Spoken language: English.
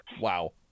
wow